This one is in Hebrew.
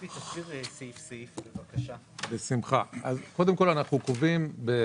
בסעיף 28א(א) המוצע אנחנו קובעים את